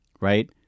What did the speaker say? right